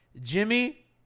Jimmy